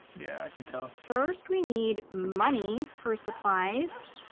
yeah, i can tell. first, we need money for supplies,